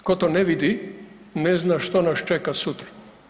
Tko to ne vidi ne zna što nas čeka sutra.